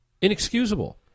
Inexcusable